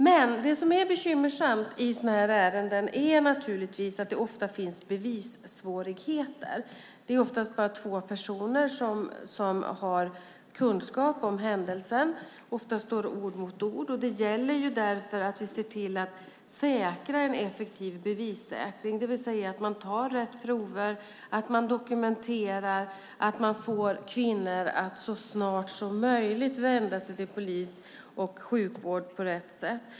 I sådana här ärenden är det naturligtvis bekymmersamt att det ofta finns bevissvårigheter. Det är oftast bara två personer som har kunskap om händelsen. Ofta står ord mot ord. Det gäller därför att vi säkrar en effektiv bevissäkring, det vill säga att man tar rätt prover, att man dokumenterar och att man får kvinnor att så snart som möjligt vända sig till polis och sjukvård på rätt sätt.